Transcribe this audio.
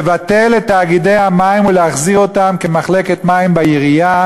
לבטל את תאגידי המים ולהחזיר אותם כמחלקת מים בעירייה,